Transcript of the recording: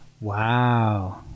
Wow